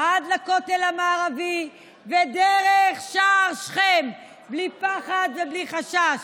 עד לכותל המערבי ודרך שער שכם, בלי פחד ובלי חשש.